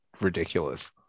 ridiculous